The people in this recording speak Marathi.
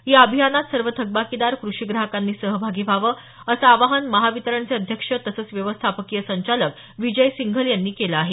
या अभियानात सर्व थकबाकीदार कृषी ग्राहकांनी सहभागी व्हावं असं आवाहन महावितरणचे अध्यक्ष तसंच व्यवस्थापकीय संचालक विजय सिंघल यांनी केलं आहे